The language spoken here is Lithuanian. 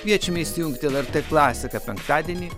kviečiame įsijungti lrt klasiką penktadienį